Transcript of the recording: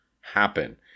happen